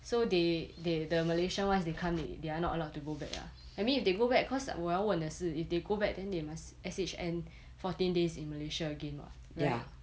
so they they the malaysian once they come they are not allowed to go back ah I mean if they go back cause 我要问的是 if they go back then they must S_H_N fourteen days in malaysia again [what] right ya ya so you must make sure that they willing to come back here and stay days and stay and at least three month